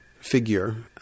figure